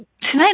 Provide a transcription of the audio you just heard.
tonight